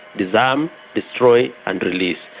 disarm, destroy and release.